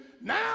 Now